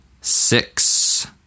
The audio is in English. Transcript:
Six